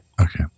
Okay